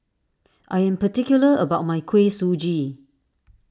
I am particular about my Kuih Suji